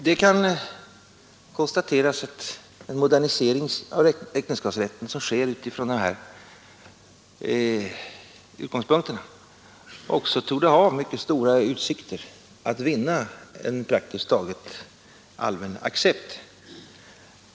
Det kan konstateras att en modernisering av äktenskapsrätten utifrån dessa utgångspunkter också torde ha mycket stora utsikter att vinna en praktiskt taget allmän accept.